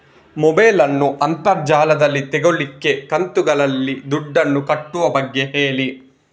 mobile ನ್ನು ಅಂತರ್ ಜಾಲದಲ್ಲಿ ತೆಗೋಲಿಕ್ಕೆ ಕಂತುಗಳಲ್ಲಿ ದುಡ್ಡನ್ನು ಕಟ್ಟುವ ಬಗ್ಗೆ ಹೇಳಿ